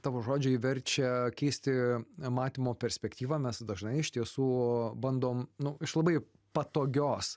tavo žodžiai verčia keisti matymo perspektyvą mes dažnai iš tiesų bandom nu iš labai patogios